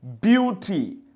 beauty